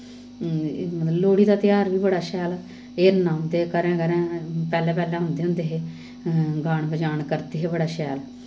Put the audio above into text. मतलब लोह्ड़ी दा तेहार बी बड़ा शैल हिरण औंदे घरैं घरैं पैह्लें पैह्लें औंदे होंदे हे गान बजान करदे हे बड़ा शैल